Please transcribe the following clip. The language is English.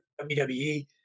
WWE